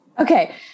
Okay